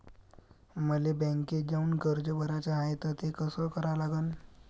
मले बँकेत जाऊन कर्ज भराच हाय त ते कस करा लागन?